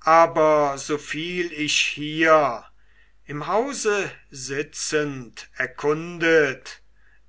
aber soviel ich hier im hause sitzend erkundet